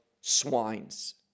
swines